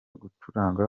gucuranga